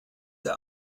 der